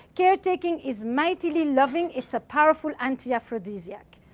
caretaking is mightily loving. it's a powerful anti-aphrodisiac.